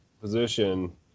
position